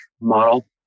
model